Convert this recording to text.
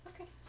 okay